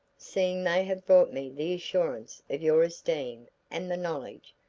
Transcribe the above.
seeing they have brought me the assurance of your esteem and the knowledge,